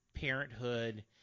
parenthood